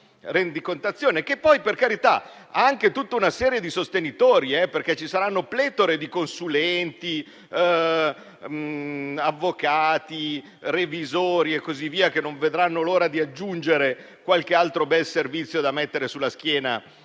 rendicontazione, che poi, per carità, ha anche tutta una serie di sostenitori, perché ci saranno pletore di consulenti, avvocati, revisori e così via che non vedranno l'ora di aggiungere qualche altro bel servizio da mettere sulla schiena